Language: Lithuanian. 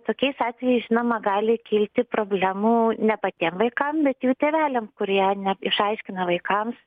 tokiais atvejais žinoma gali kilti problemų na patiem vaikam bet jų tėveliam kurie neišaiškina vaikams